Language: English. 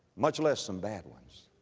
much less some bad ones.